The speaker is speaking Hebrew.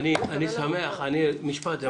אני אומר משפט.